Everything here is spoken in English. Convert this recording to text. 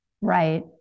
Right